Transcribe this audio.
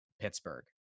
Pittsburgh